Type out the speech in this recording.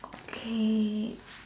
okay